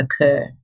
occur